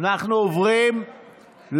אתם מבינים את הבושה והחרפה?